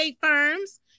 firms